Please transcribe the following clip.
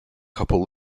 couple